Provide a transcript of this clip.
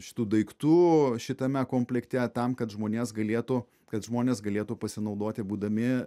šitų daiktų šitame komplekte tam kad žmonės galėtų kad žmonės galėtų pasinaudoti būdami